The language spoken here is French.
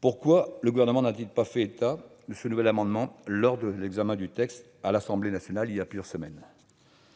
Pourquoi le Gouvernement n'a-t-il pas fait état de ce nouvel amendement lors de l'examen du texte à l'Assemblée nationale il y a quelques semaines ?